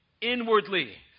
inwardly